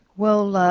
well,